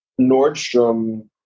nordstrom